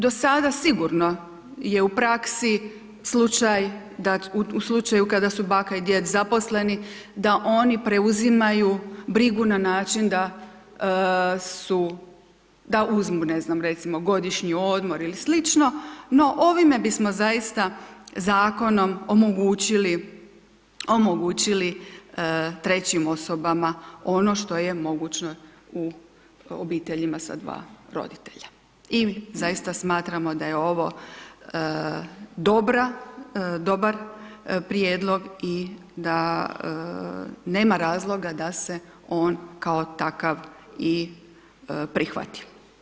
Do sada sigurno je u praksi slučaj da u slučaju kada su baka i djed zaposleni da oni preuzimaju brigu na način da su, da uzmu ne znam recimo godišnji odmor i slično, no ovime bismo zaista zakonom zaista omogućili trećim osobama ono što je mogućnost u obiteljima sa dva roditelja i zaista smatramo da je ovo dobra, dobar prijedlog i da nema razloga da se on kao takav i prihvati.